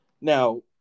Now